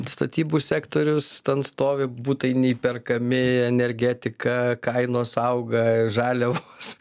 statybų sektorius ten stovi butai neįperkami energetika kainos auga žaliavos